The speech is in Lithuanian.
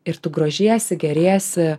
ir tu grožiesi gėriesi